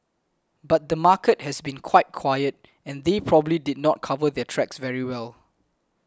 but the market has been quite quiet and they probably did not cover their tracks very well